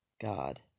God